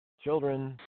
children